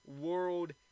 World